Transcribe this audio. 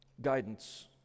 guidance